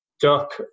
duck